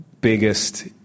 biggest